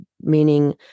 meaning